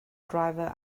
driver